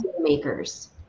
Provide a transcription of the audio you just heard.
makers